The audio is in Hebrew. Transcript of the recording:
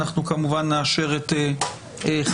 אנחנו כמובן נאשר את חברותם.